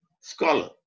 scholar